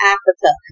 Africa